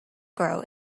grow